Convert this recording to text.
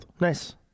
Nice